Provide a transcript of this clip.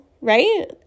right